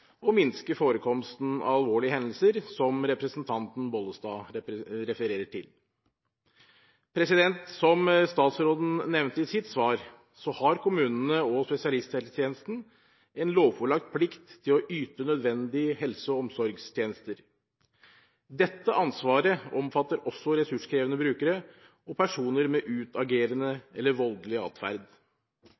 minske forekomsten av alvorlige hendelser, som representanten Bollestad refererer til. Som statsråden nevnte i sitt svar, har kommunene og spesialisthelsetjenesten en lovpålagt plikt til å yte nødvendige helse- og omsorgstjenester. Dette ansvaret omfatter også ressurskrevende brukere og personer med utagerende eller voldelig